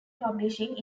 publishing